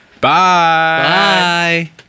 Bye